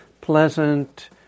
pleasant